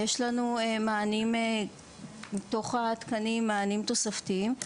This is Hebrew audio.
יש לנו מתוך התקנים מענים תוספתיים,